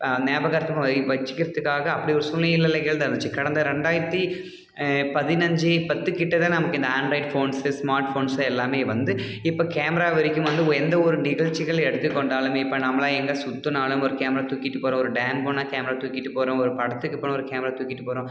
ஞாபகார்த்தமாக வை வெச்சிக்கறதுக்காக அப்படி ஒரு சூல்நிலைகள் தான் இருந்துச்சு கடந்த ரெண்டாயிரத்தி பதினைஞ்சு பத்துக்கிட்டே தான் நமக்கு இந்த ஆண்ட்ராய்டு ஃபோன்ஸஸ் ஸ்மார்ட்ஃபோன்ஸ் எல்லாமே வந்து இப்போ கேமரா வரைக்கும் வந்து எந்த ஒரு நிகழ்ச்சிகள் எடுத்துக் கொண்டாலுமே இப்போ நம்மளாக எங்கே சுற்றினாலும் ஒரு கேமரா தூக்கிட்டு போகிறோம் ஒரு டேம் போனால் கேமரா தூக்கிட்டு போகிறோம் ஒரு படத்துக்கு போனால் ஒரு கேமரா தூக்கிட்டு போகிறோம்